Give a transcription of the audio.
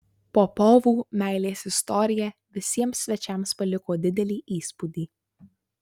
popovų meilės istorija visiems svečiams paliko didelį įspūdį